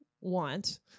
want